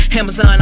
Amazon